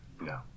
No